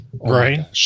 Right